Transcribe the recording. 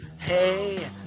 Hey